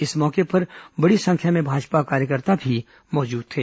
इस अवसर पर बड़ी संख्या में भाजपा कार्यकर्ता मौजूद थे